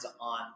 on